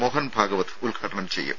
മോഹൻ ഭാഗവത് ഉദ്ഘാടനം ചെയ്യും